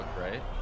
right